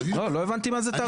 לא הבנתי במה זה תרם.